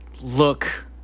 look